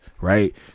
Right